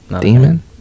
demon